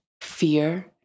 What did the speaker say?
fear